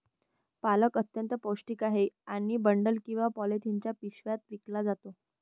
पालक अत्यंत पौष्टिक आहे आणि बंडल किंवा पॉलिथिनच्या पिशव्यात विकला जातो